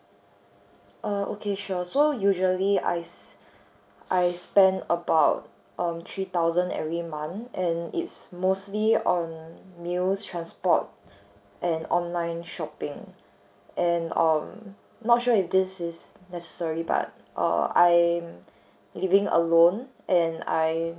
err okay sure so usually I s~ I spend about um three thousand every month and it's mostly on meals transport and online shopping and um not sure if this is necessary but uh I'm living alone and I